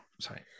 Sorry